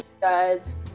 guys